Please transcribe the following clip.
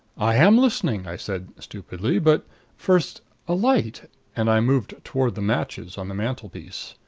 i am listening, i said stupidly. but first a light and i moved toward the matches on the mantelpiece.